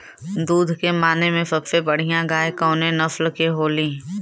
दुध के माने मे सबसे बढ़ियां गाय कवने नस्ल के होली?